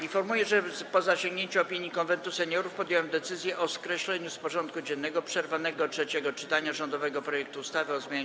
Informuję, że po zasięgnięciu opinii Konwentu Seniorów podjąłem decyzję o skreśleniu z porządku dziennego przerwanego trzeciego czytania rządowego projektu ustawy o zmianie